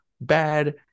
bad